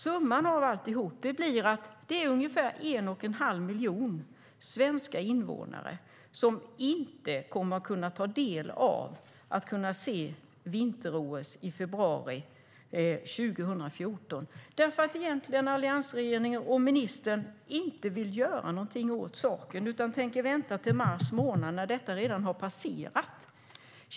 Summan av alltihop blir att det är ungefär en och en halv miljon svenska invånare som inte kommer att kunna ta del av vinter-OS i februari 2014 därför att alliansregeringen och ministern inte vill göra någonting åt saken. De tänker vänta till mars månad, när OS redan har passerat.